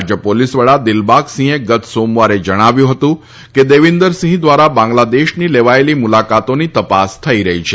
રાજય પોલીસ વડા દિલબાગસિંહે ગત સોમવારે જણાવ્યું હતું કે દેવેન્દરસિંહ ધ્વારા બાંગ્લાદેશની લેવાયેલી મુલાકાતોની તપાસ થઇ રહી છે